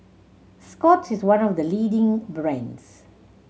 Scott's is one of the leading brands